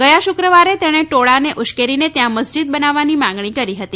ગયા શુક્રવારે તેણે ટોળાને ઉશ્કેરીને ત્યાં મસ્જીદ બનાવવાની માગણી કરી હતી